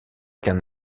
qu’un